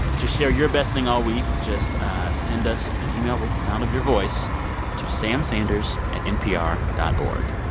to share your best thing all week, just send us an email with the sound of your voice to samsanders at npr dot o r